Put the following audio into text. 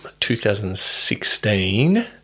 2016